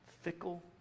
fickle